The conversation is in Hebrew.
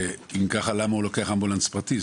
למה הוא לוקח אמבולנס פרטי,